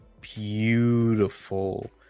beautiful